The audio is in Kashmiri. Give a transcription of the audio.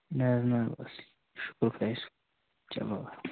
نہ حظ نہ بَس شُکُر خۄدایَس کُن چلو